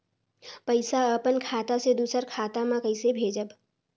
पइसा अपन खाता से दूसर कर खाता म कइसे भेजब?